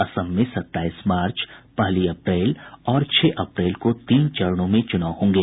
असम में सताईस मार्च पहली अप्रैल और छह अप्रैल को तीन चरणों में चुनाव होंगे